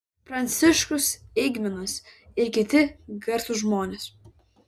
pranciškus eigminas ir kiti garsūs žmonės